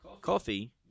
coffee